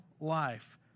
life